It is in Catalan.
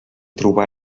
trobar